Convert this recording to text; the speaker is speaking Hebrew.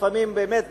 לפעמים באמת